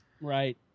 Right